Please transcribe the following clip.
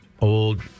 old